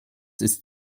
ist